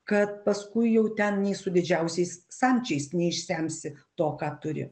kad paskui jau ten nei su didžiausiais samčiais neišsemsi to ką turi